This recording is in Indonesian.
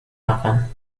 makan